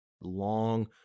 long